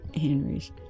Henry's